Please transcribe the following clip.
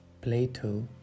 Plato